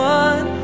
one